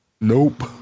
Nope